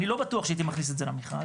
אני לא בטוח שהייתי מכריז את זה למכרז,